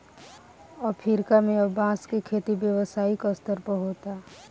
Africa में अब बांस के खेती व्यावसायिक स्तर पर होता